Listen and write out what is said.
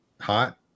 hot